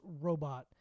robot